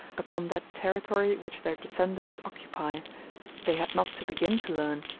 upon that territory which their descendants occupy they had not to begin to learn,